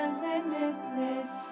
limitless